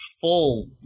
full